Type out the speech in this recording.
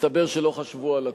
מסתבר שלא חשבו על הכול,